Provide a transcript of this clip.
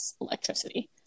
electricity